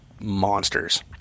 monsters